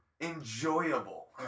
enjoyable